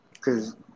Cause